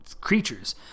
creatures